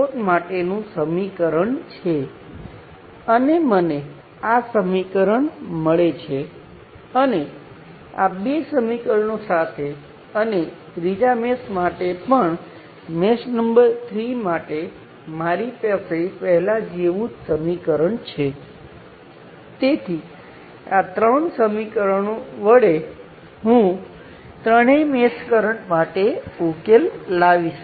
2 milliamp છે કારણ કે જો તમે આ સર્કિટ જુઓ તો આ 2 કિલો ઓહ્મ અને 20 કિલો ઓહ્મ સમાંતર છે આ 3 કિલો ઓહ્મ અને 30 કિલો ઓહ્મ સમાંતર છે